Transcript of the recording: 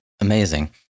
Amazing